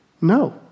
No